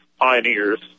Pioneers